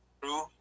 true